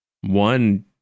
one